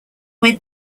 went